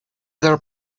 there